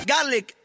Garlic